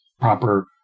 proper